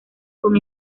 con